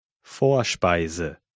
Vorspeise